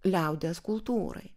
liaudies kultūrai